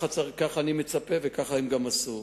ככה אני מצפה, וככה הם גם עשו.